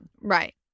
Right